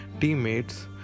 teammates